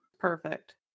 Perfect